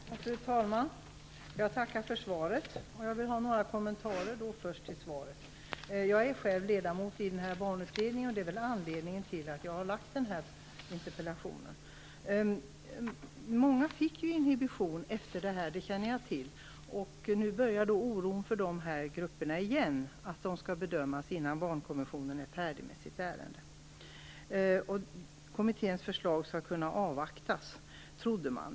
Fru talman! Jag tackar för svaret. Först vill jag ha några kommentarer till svaret. Jag är själv ledamot i den här barnutredningen, och det är anledningen till att jag har lagt fram den här interpellationen. Många fick ju inhibition efter det här; det känner jag till. Nu börjar dessa grupper återigen oroa sig för att de skall bedömas innan Barnkommittén är färdig med sitt arbete. Man trodde att kommitténs förslag skulle kunna avvaktas.